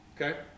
Okay